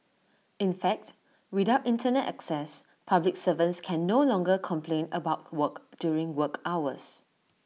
in fact without Internet access public servants can no longer complain about work during work hours